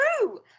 true